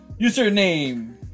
Username